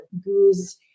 goose